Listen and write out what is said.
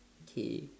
okay